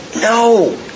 no